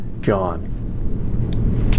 John